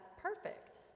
perfect